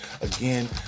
again